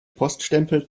poststempel